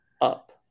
up